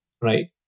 right